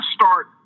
start –